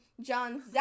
John